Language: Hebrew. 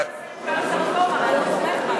הלוואי.